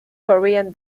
korean